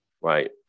right